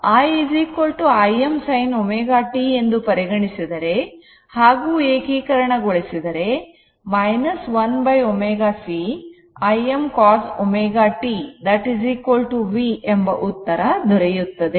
i Im sin ω t ಎಂದು ಪರಿಗಣಿಸಿದರೆ ಹಾಗೂ ಏಕೀಕರಣಗೊಳಿಸಿದರೆ 1 ω c Im cos ω t v ಎಂಬ ಉತ್ತರ ದೊರೆಯುತ್ತದೆ